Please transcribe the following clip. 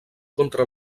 contra